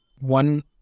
one